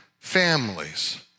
Families